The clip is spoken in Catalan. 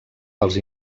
pels